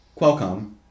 Qualcomm